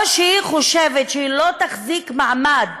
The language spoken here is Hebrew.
או שהיא חושבת שהיא לא תחזיק מעמד